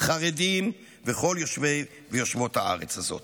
חרדים וכל יושבי ויושבות הארץ הזאת.